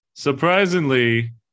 Surprisingly